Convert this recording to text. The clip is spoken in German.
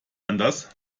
anders